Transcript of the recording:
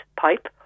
pipe